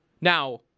Now